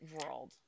world